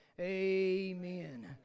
Amen